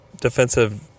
defensive